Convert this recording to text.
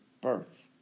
birth